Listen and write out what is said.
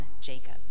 Jacob